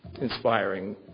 inspiring